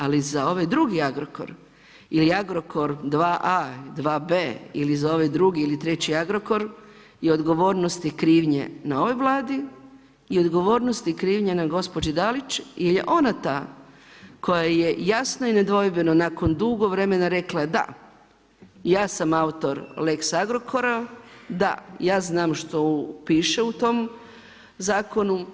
Ali za ovaj drugi Agrokor ili Agrokor 2A, 2B ili za ovaj drugi ili treći Agrokor je odgovornost i krivnje na ovoj Vladi i odgovornost i krivnji na gospođi Dalić jel je ona ta koja je jasno i nedvojbeno nakon dugo vremena rekla da, ja sam autor lex Agrokora, ja znam što piše u tom zakonu.